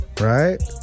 Right